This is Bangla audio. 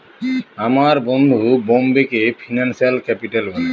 আমার বন্ধু বোম্বেকে ফিনান্সিয়াল ক্যাপিটাল বলে